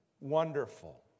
wonderful